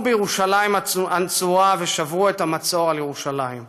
בירושלים הנצורה ושברו את המצור על ירושלים.